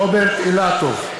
רוברט אילטוב,